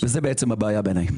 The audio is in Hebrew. וזאת הבעיה בעיניי.